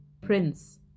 Prince